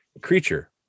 Creature